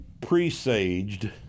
presaged